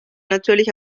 natürlich